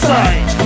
Side